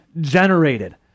generated